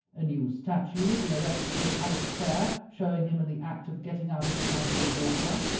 a new statue had been erected in the palace square, showing him in the act of getting out of casual water.